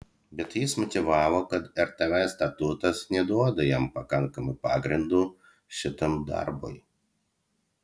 bet jis motyvavo kad rtv statutas neduoda jam pakankamai pagrindo šitam darbui